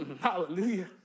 Hallelujah